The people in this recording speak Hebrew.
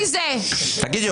תגידי,